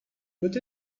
put